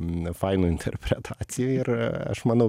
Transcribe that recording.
nefainų interpretacijų ir aš manau